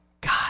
God